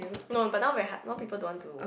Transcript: no but now very hard now people don't want to